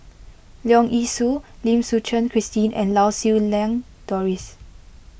Leong Yee Soo Lim Suchen Christine and Lau Siew Lang Doris